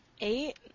Eight